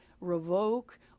revoke